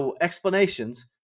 explanations